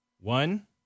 One